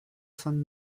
von